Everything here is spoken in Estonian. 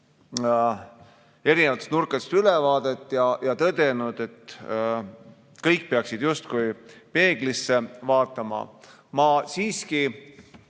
erinevatest nurkadest ülevaadet ja tõdenud, et kõik peaksid justkui peeglisse vaatama. Ma siiski